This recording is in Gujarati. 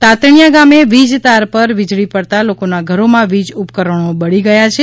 તાતણીયા ગામે વીજતાર પર વીજળી પડતા લોકોના ઘરોમાં વીજ ઉપકરણો બળી ગયા છે